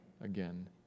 again